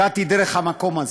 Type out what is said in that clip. הגעתי דרך המקום הזה,